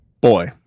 Boy